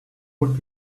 would